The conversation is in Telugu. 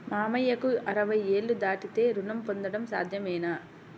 మామయ్యకు అరవై ఏళ్లు దాటితే రుణం పొందడం సాధ్యమేనా?